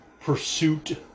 pursuit